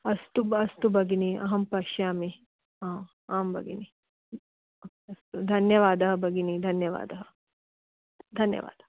अस्तु अस्तु भगिनि अहं पश्यामि अ आम् भगिनि अस्तु धन्यवादः भगिनि धन्यवादः धन्यवादः